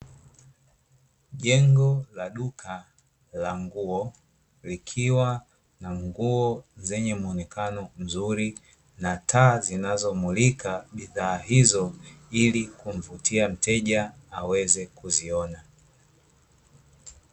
Jengo la duka la nguo, likiwa na nguo zenye muonekano mzuri na taa zinazomulika bidhaa hizo, ili kumvutia mteja aweze kuziona.